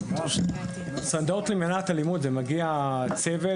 מגיע צוות,